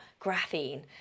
graphene